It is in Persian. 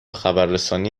خبررسانی